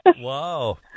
Wow